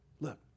look